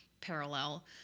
parallel